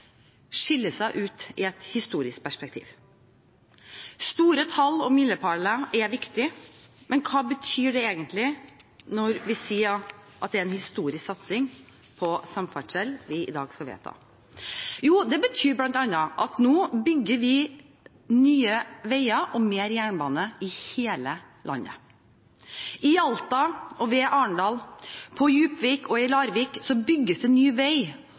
skiller seg ut i et historisk perspektiv. Store tall og milepæler er viktig, men hva betyr det egentlig når vi sier at det er en historisk satsing på samferdsel vi i dag skal vedta? Jo, det betyr bl.a. at nå bygger vi nye veier og mer jernbane i hele landet. I Alta og ved Arendal, på Djupvik og i Larvik bygges det ny vei